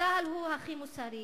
צה"ל הוא הכי מוסרי,